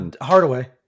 Hardaway